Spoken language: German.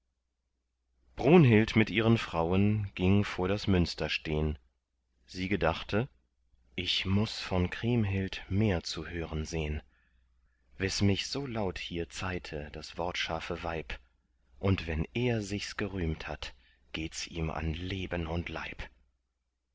brunhild mit ihren frauen ging vor das münster stehn sie gedachte ich muß von kriemhild mehr zu hören sehn wes mich so laut hier zeihte das wortscharfe weib und wenn er sichs gerühmt hat gehts ihm an leben und leib